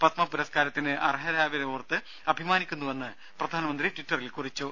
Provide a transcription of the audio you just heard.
പത്മ പുരസ്കാരത്തിന് അർഹരായവരെയോർത്ത് അഭിമാനിക്കുന്നുവെന്ന് പ്രധാനമന്ത്രി ട്വിറ്ററിൽ കുറിച്ചു